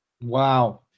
Wow